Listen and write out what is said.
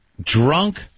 Drunk